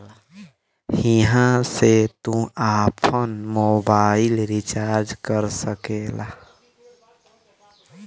हिया से तू आफन मोबाइल रीचार्ज कर सकेला